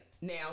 now